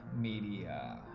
Media